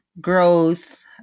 growth